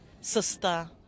sister